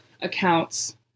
accounts